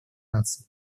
наций